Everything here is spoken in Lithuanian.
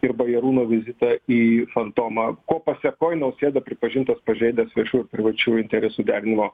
ir bajarūno vizitą į fantomą ko pasekoj nausėda pripažintas pažeidęs viešų ir privačių interesų derinimo